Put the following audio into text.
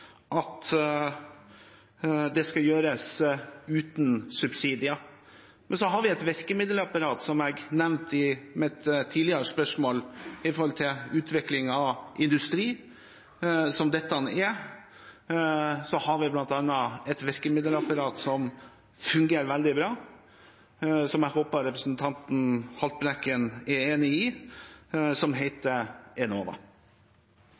at det skal gjøres uten subsidier, men som jeg nevnte i mitt tidligere svar, har vi et virkemiddelapparat for utviklingen av industri, som dette er, som fungerer veldig bra, noe jeg håper representanten Haltbrekken er enig i, som heter Enova.